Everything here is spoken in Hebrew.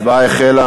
ההצבעה החלה.